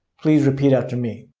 please repeat after me.